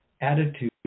attitude